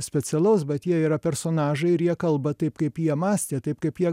specialaus bet jie yra personažai ir jie kalba taip kaip jie mąstė taip kaip jie